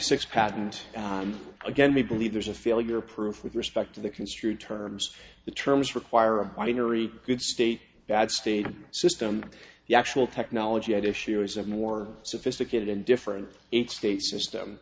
six patent again we believe there's a failure proof with respect to the construed terms the terms require a binary good state bad state system the actual technology at issue is a more sophisticated and different each state system